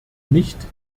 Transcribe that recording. nicht